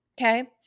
okay